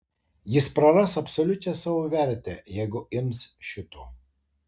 jis praras absoliučią savo vertę jeigu ims šito